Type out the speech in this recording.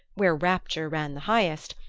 where rapture ran the highest,